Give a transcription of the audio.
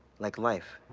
like life,